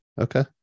Okay